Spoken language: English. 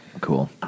Cool